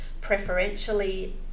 preferentially